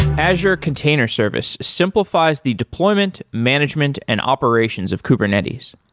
azure container service simplifies the deployment, management and operations of kubernetes.